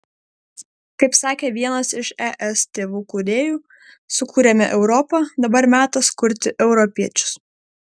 kaip sakė vienas iš es tėvų kūrėjų sukūrėme europą dabar metas kurti europiečius